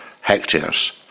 hectares